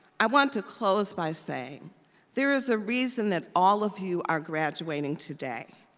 i want to close by saying there is a reason that all of you are graduating today,